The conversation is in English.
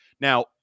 Now